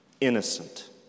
innocent